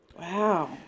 Wow